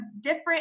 different